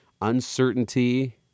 uncertainty